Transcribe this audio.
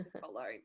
follow